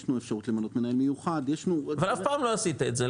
יש לו אפשרות -- ואף פעם לא עשית את זה,